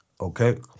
okay